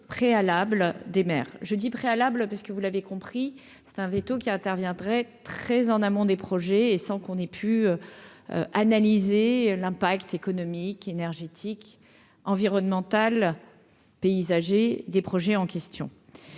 préalables des maires, je dis préalables parce que vous l'avez compris c'est un véto qui interviendrait très en amont des projets et sans qu'on ait pu analyser l'impact économique, énergétique, environnementale paysager des projets en question,